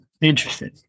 Interesting